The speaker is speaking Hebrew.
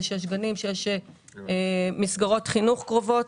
שיש גנים ושיש מסגרות חינוך קרובות.